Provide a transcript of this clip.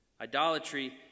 Idolatry